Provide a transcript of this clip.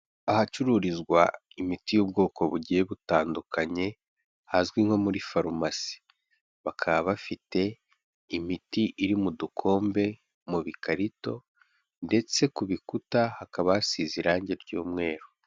Ahacururizwa imiti y'ubwoko bugiye butandukanye hazwi nko muri farumasi, bakaba bafite imiti iri mu dukombe mu bikarito, ndetse ku bikuta hakaba hasize irangi ry'umweru.